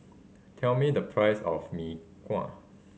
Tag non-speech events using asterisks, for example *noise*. tell me the price of Mee Kuah *noise*